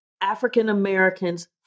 African-Americans